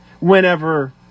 whenever